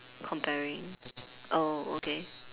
comparing oh okay